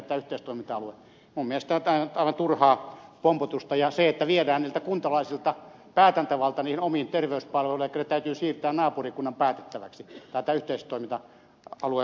minun mielestäni tämä on aivan turhaa pompotusta ja tässä viedään näiltä kuntalaisilta päätäntävalta omiin terveyspalveluihin elikkä ne täytyy siirtää naapurikunnan päätettäväksi yhteistoiminta alueen muodossa